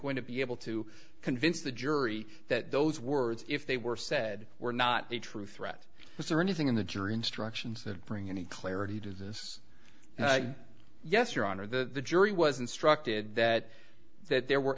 going to be able to convince the jury that those words if they were said were not a true threat was there anything in the jury instructions that bring any clarity to this yes your honor the jury was instructed that that there were